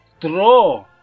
draw